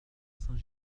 saint